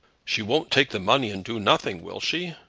she won't take the money and do nothing will she?